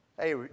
Hey